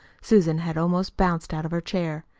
susan had almost bounced out of her chair.